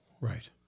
Right